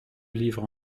livre